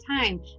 time